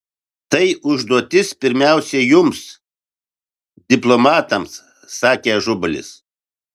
tai užduotis pirmiausia jums diplomatams sakė ažubalis